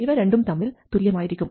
ഇവ രണ്ടും തമ്മിൽ തുല്യം ആയിരിക്കും